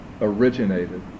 originated